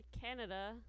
Canada